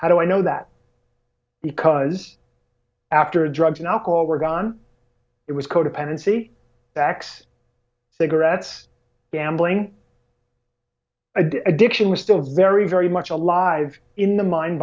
how do i know that because after drugs and alcohol were gone it was codependency backs cigarettes gambling addiction was still very very much alive in the mind